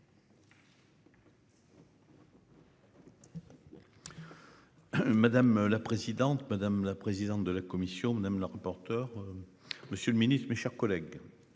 Madame la présidente, madame la présidente de la commission même leurs porteur. Monsieur le Ministre, mes chers collègues.